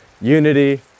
unity